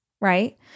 right